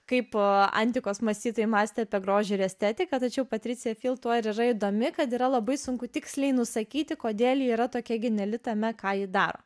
kaip po antikos mąstytojai mąstė apie grožį ir estetiką tačiau patricija tuo ir yra įdomi kad yra labai sunku tiksliai nusakyti kodėl yra tokia geniali tame ką ji daro